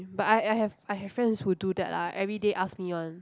but I I have I have friends who do that lah everyday ask me one